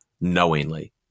knowingly